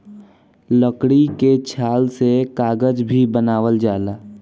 लकड़ी के छाल से कागज भी बनावल जाला